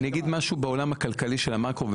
אני אגיד כמה דברים בעולם הכלכלי של המאקרו,